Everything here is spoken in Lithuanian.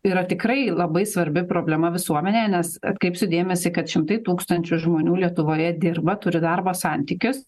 yra tikrai labai svarbi problema visuomenėje nes atkreipsiu dėmesį kad šimtai tūkstančių žmonių lietuvoje dirba turi darbo santykius